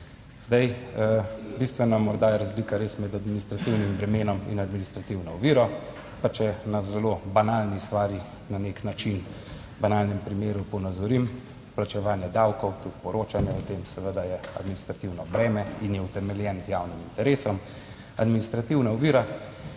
Zdaj, bistvena morda je razlika res med administrativnim bremenom in administrativno oviro. Pa 24. TRAK: (TB) - 11.55 (nadaljevanje) če na zelo banalni stvari, na nek način banalnem primeru ponazorim, plačevanje davkov, tudi poročanje o tem, seveda je administrativno breme in je utemeljen z javnim interesom. Administrativna ovira